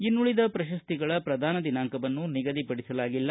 ಇನ್ನುಳಿದ ಪ್ರಶಸ್ತಿಗಳ ಪ್ರದಾನ ದಿನಾಂಕವನ್ನು ನಿಗದಿಪಡಿಸಲಾಗಿಲ್ಲ